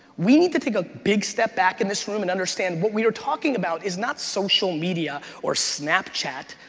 we need to take a big step back in this room and understand what we are talking about is not social media or snapchat,